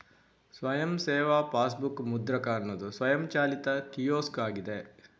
ಸ್ವಯಂ ಸೇವಾ ಪಾಸ್ಬುಕ್ ಮುದ್ರಕ ಅನ್ನುದು ಸ್ವಯಂಚಾಲಿತ ಕಿಯೋಸ್ಕ್ ಆಗಿದೆ